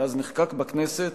מאז נחקק בכנסת